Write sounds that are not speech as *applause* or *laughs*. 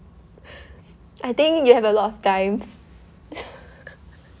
*breath* I think you have lot of times *laughs*